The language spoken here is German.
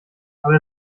aber